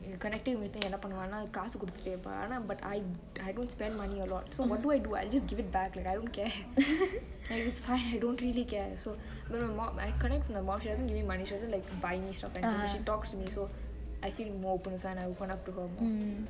connecting என்ன பன்னுவானா காசு கொடுத்துட்டெ இருப்பா ஆனா:enne pannuvaanaa kaasu kuduthutee irupaa aana but I don't spend money a lot so what do I do I just give it back I don't care like it's fine I don't really care so I connect with my mum she doesn't give me money she doesn't like buy me stuff and she talks to me so I feel more open with her and I open to her more